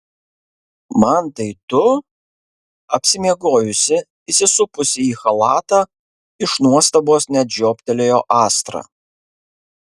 mantai tu apsimiegojusi įsisupusi į chalatą iš nuostabos net žioptelėjo astra